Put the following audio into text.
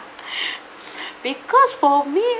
because for me